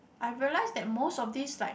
I realise that most of these like